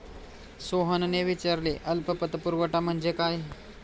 सोहनने विचारले अल्प पतपुरवठा म्हणजे काय?